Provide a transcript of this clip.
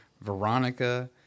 Veronica